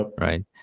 right